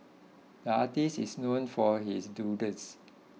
the artist is known for his doodles